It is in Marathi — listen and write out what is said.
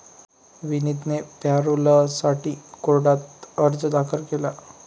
विनीतने पॅरोलसाठी कोर्टात अर्ज दाखल केला